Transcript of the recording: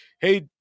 hey